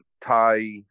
Thai